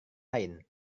lain